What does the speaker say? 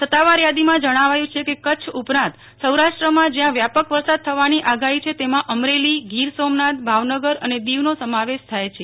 સતાવાર યાદીમાં જણાવાયું છે કે કચ્છ ઉપરાંત સૌરાષ્ટ્રમાં જયાં વ્યાપક વરસાદ થવાની આગાહી છે તેમા અમરેલી ગોર સોમનાથ ભાવનગર અને દીવનો સમાવેશ થાય છે